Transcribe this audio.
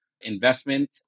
Investment